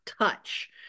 touch